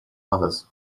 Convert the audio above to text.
others